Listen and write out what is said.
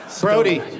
Brody